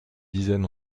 dizaine